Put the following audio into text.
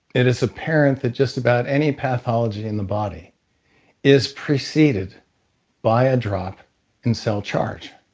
it is apparent that just about any pathology in the body is preceded by a drop in cell charge.